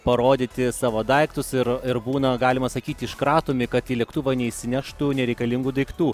parodyti savo daiktus ir ir būna galima sakyti iškratomi kad į lėktuvą neįsineštų nereikalingų daiktų